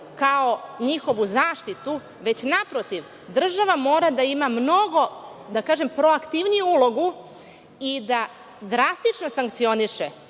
kao njihovu zaštitu, već naprotiv država mora da ima mnogo proaktivniju ulogu i da drastično sankcioniše